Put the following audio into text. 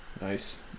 Nice